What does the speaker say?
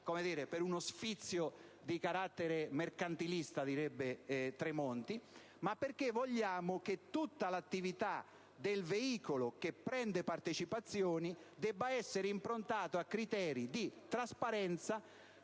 non per uno sfizio di carattere mercantilista - direbbe Tremonti - ma perché vogliamo che tutta l'attività del veicolo che prende partecipazioni sia improntata a criteri di trasparenza,